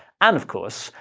and, of course,